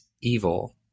evil